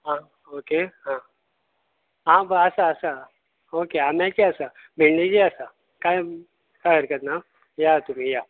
okay आं हां आसा आसा आंब्याचीं आसा बिंडेचींय आसा कांय हरकत ना येयात तुमी येयात